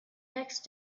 next